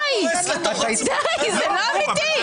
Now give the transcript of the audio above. זה לא אמיתי.